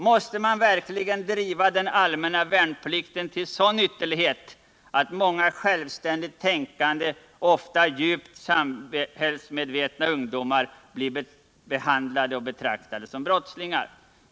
Måste man verkligen driva den allmänna värnplikten till sådan ytterlighet att många självständigt tänkande och ofta djupt samhällsmedvetna ungdomar blir behandlade och betraktade som brottslingar?